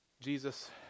Jesus